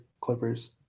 Clippers